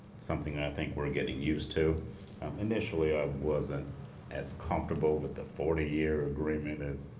something i think we're getting used to initially, i wasn't as comfortable with the forty year agreement is